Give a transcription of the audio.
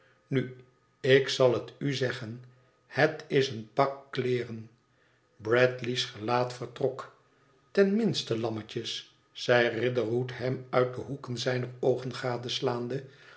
nu ik zal het u zeggea het is een pak kleeren bradley's gelaat vertrok f ten minste lammetjes zei riderhood hem uit de hoeken zijner oogen